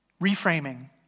Reframing